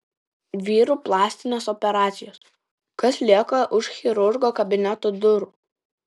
vyrų plastinės operacijos kas lieka už chirurgo kabineto durų